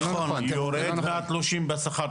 זה יורד מהתלושים בשכר,